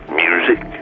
music